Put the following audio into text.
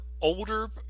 older